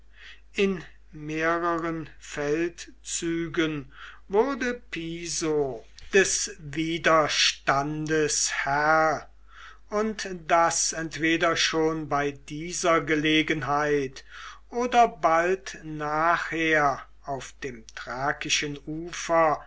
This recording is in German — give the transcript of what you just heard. in mehreren feldzügen wurde piso des widerstandes herr und das entweder schon bei dieser gelegenheit oder bald nachher auf dem thrakischen ufer